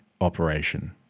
operation